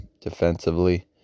defensively